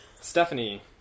Stephanie